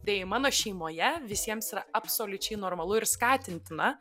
tai mano šeimoje visiems yra absoliučiai normalu ir skatintina